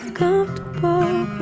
comfortable